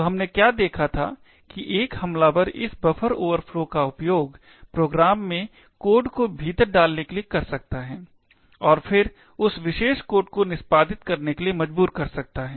तो हमने क्या देखा था कि एक हमलावर इस बफर ओवरफ्लो का उपयोग प्रोग्राम में कोड को भीतर डालने के लिए कर सकता है और फिर उस विशेष कोड को निष्पादित करने के लिए मजबूर कर सकता है